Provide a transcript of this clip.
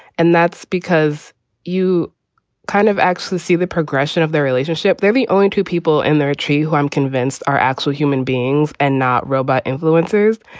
and that's because you kind of actually see the progression of their relationship. they're the only two people in their tree who i'm convinced are actual human beings and not robot influencers.